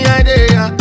idea